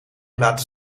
laten